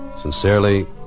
Sincerely